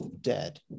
dead